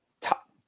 top